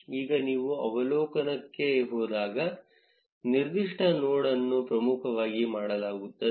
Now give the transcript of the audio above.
ಈಗ ನೀವು ಅವಲೋಕನಕ್ಕೆ ಹೋದಾಗ ನಿರ್ದಿಷ್ಟ ನೋಡ್ಅನ್ನು ಪ್ರಮುಖವಾಗಿ ಮಾಡಲಾಗುತ್ತದೆ